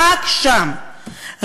רק שם,